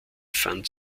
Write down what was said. fand